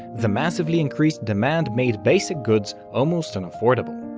the massively increased demand made basic goods almost unaffordable.